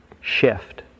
shift